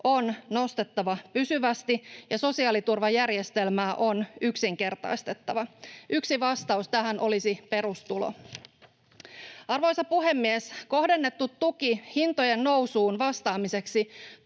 on nostettava pysyvästi, ja sosiaaliturvajärjestelmää on yksinkertaistettava. Yksi vastaus tähän olisi perustulo. Arvoisa puhemies! Kohdennettu tuki hintojen nousuun vastaamiseksi